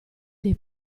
dei